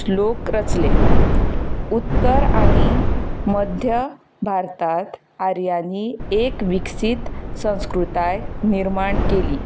श्लोक रचले उत्तर आनी मध्य भारतांत आर्यांनी एक विकसीत संस्कृताय निर्माण केली